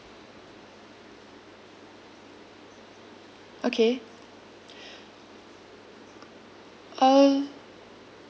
okay uh